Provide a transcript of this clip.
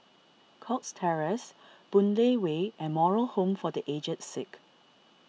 Cox Terrace Boon Lay Way and Moral Home for the Aged Sick